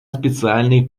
специальный